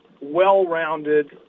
well-rounded